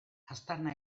aztarna